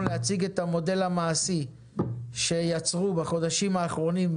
להציג את המודל המעשי שיצרו בחודשים האחרונים,